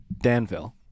Danville